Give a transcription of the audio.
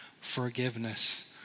forgiveness